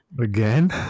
again